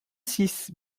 six